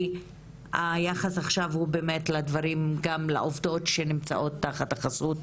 כי היחס עכשיו הוא באמת לדברים שלעובדות שנמצאות תחת החסות